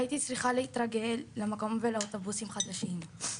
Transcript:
הייתי צריכה להתרגל למקום ולאוטובוסים חדשים.